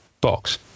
box